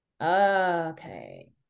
Okay